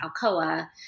Alcoa